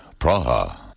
Praha